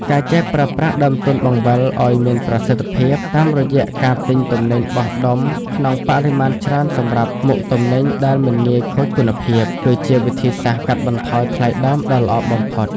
ការចេះប្រើប្រាស់ដើមទុនបង្វិលឱ្យមានប្រសិទ្ធភាព តាមរយៈការទិញទំនិញបោះដុំក្នុងបរិមាណច្រើនសម្រាប់មុខទំនិញដែលមិនងាយខូចគុណភាព គឺជាវិធីសាស្ត្រកាត់បន្ថយថ្លៃដើមដ៏ល្អបំផុត។